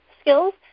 skills